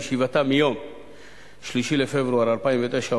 בישיבתה ביום 3 בפברואר 2009,